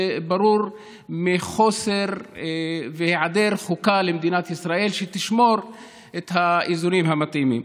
ברור שזה מחוסר חוקה למדינת ישראל שתשמור על האיזונים המתאימים.